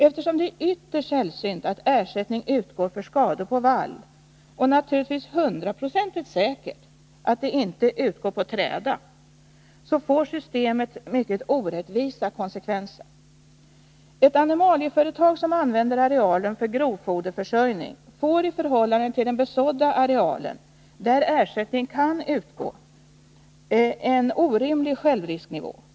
Eftersom det är ytterst sällsynt att ersättning utgår för skador på vall och naturligtvis hundraprocentigt säkert att den inte utgår på träda, får systemet mycket orättvisa konsekvenser. Ett animalieföretag som använder arealen för grovfoderförsörjning får i förhållande till den besådda arealen, där ersättning kan utgå, en orimlig självrisknivå.